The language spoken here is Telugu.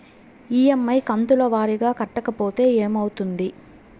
ఇ.ఎమ్.ఐ కంతుల వారీగా కట్టకపోతే ఏమవుతుంది?